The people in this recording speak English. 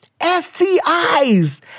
STIs